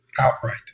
outright